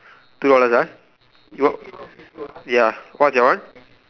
two dollars ah you want ya what's your one